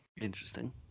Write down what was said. interesting